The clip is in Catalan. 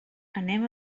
anem